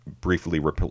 briefly